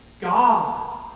God